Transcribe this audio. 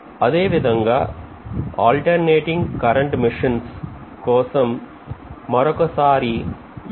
అదేవిధంగా alternating current machines కోసం మరి ఒకసారి M